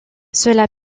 cela